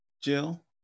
Jill